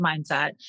mindset